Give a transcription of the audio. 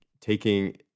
taking